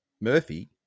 Murphy